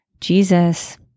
jesus